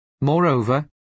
Moreover